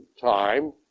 time